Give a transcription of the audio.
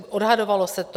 Odhadovalo se to.